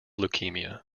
leukemia